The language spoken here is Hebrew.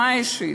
בנימה אישית: